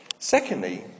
Secondly